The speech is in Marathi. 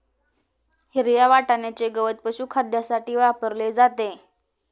हिरव्या वाटण्याचे गवत पशुखाद्यासाठी वापरले जाते